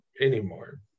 anymore